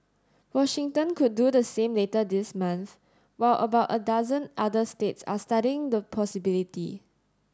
Washington could do the same later this month while about a dozen other states are studying the possibility